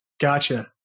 Gotcha